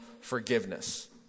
forgiveness